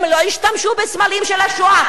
הם לא השתמשו בסמלים של השואה?